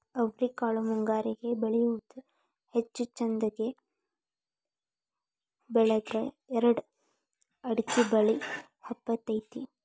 ಅವ್ರಿಕಾಳು ಮುಂಗಾರಿಗೆ ಬೆಳಿಯುವುದ ಹೆಚ್ಚು ಚಂದಗೆ ಬೆಳದ್ರ ಎರ್ಡ್ ಅಕ್ಡಿ ಬಳ್ಳಿ ಹಬ್ಬತೈತಿ